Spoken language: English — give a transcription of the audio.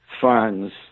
funds